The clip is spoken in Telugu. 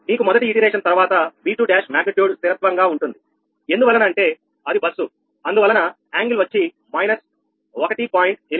నీకు మొదటి పునరావృతం తర్వాత V21 మాగ్నిట్యూడ్ స్థిరత్వం గా ఉంటుంది ఎందువలన అంటే అది బస్సు అందువలన కోణం వచ్చి మైనస్ 1